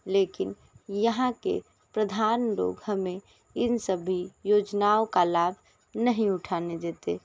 लेकिन यहाँ के प्रधान लोग हमें इन सभी योजनाओं का लाभ नहीं उठाने देते